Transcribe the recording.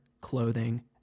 clothing